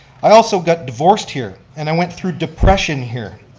i also got divorced here and i went through depression here.